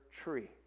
tree